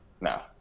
No